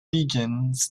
begins